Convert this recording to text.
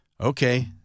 Okay